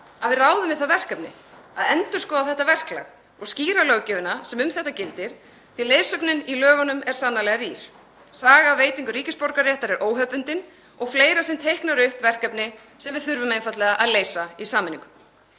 að við ráðum við það verkefni að endurskoða þetta verklag og skýra löggjöfina sem um þetta gildir því að leiðsögnin í lögunum er sannarlega rýr. Saga veitinga ríkisborgararéttar er óhefðbundin og fleira sem teiknar upp verkefni sem við þurfum einfaldlega að leysa í sameiningu.